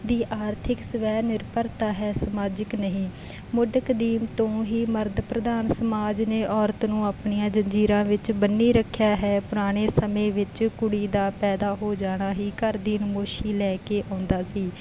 ਦੀ ਆਰਥਿਕ ਸਵੈ ਨਿਰਭਰਤਾ ਹੈ ਸਮਾਜਿਕ ਨਹੀਂ ਮੁੱਢ ਕਦੀਮ ਤੋਂ ਹੀ ਮਰਦ ਪ੍ਰਧਾਨ ਸਮਾਜ ਨੇ ਔਰਤ ਨੂੰ ਆਪਣੀਆਂ ਜੰਜੀਰਾਂ ਵਿੱਚ ਬੰਨ੍ਹੀ ਰੱਖਿਆ ਹੈ ਪੁਰਾਣੇ ਸਮੇਂ ਵਿੱਚ ਕੁੜੀ ਦਾ ਪੈਦਾ ਹੋ ਜਾਣਾ ਹੀ ਘਰ ਦੀ ਨਮੋਸ਼ੀ ਲੈ ਕੇ ਆਉਂਦਾ ਸੀ